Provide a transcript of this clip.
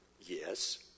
Yes